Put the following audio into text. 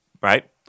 right